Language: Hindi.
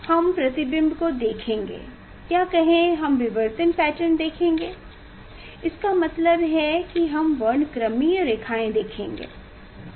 हम प्रतिबिंब को देखेंगे या कहें हम विवर्तन पैटर्न देखेंगे इसका मतलब है कि हम वर्णक्रमीय रेखाएं देखेंगे